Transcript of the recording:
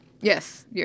yes